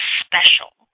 special